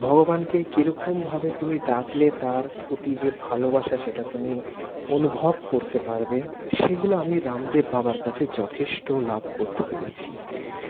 ভগবানকে কীরকমভাবে তুমি ডাকলে তার প্রতি যে ভালোবাসা সেটা তুমি অনুভব করতে পারবে সেইগুলো আমি রামদেব বাবার কাছে যথেষ্ট লাভ করতে পেরেছি